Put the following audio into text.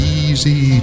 easy